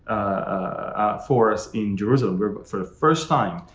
ah for us in jerusalem for but for the first time.